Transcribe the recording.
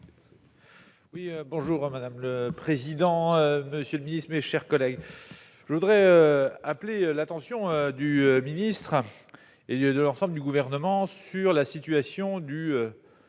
Oui bonjour madame le président, monsieur le Ministre, mes chers collègues, je voudrais appeler l'attention du ministre et il y a, a de l'ensemble du gouvernement sur la situation du